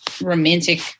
romantic